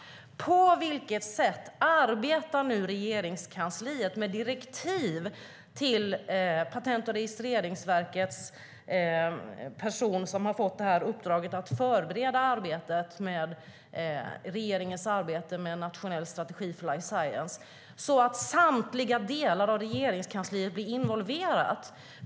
På vilket sätt arbetar nu Regeringskansliet med direktiv till den person vid Patent och registreringsverket som har fått uppdraget att förbereda arbetet med en nationell strategi för life science, så att samtliga delar av Regeringskansliet blir involverade?